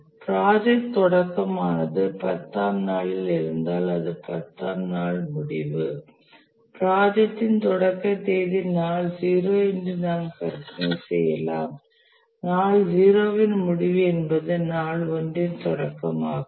project தொடக்கமானது 10 ஆம் நாளில் இருந்தால் அது 10 ஆம் நாள் முடிவு ப்ராஜெக்டின் தொடக்க தேதி நாள் 0 என்று நாம் கற்பனை செய்யலாம் நாள் 0 வின் முடிவு என்பது நாள் 1 இன் தொடக்கமாகும்